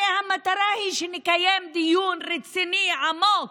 הרי המטרה היא שנקיים דיון רציני, עמוק,